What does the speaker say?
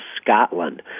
Scotland